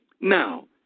Now